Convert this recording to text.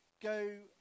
go